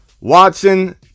Watson